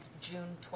June